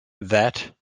that